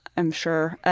i'm sure.